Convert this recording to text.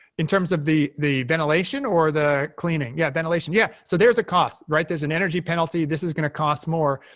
in terms of the the ventilation, or the cleaning? yeah, ventilation. yeah, so there's a cost. there's an energy penalty. this is going to cost more.